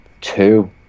Two